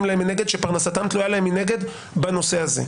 להם מנגד שפרנסתם תלויה להם מנגד בנושא הזה.